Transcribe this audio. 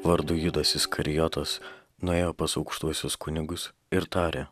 vardu judas iskarijotas nuėjo pas aukštuosius kunigus ir tarė